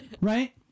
Right